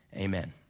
Amen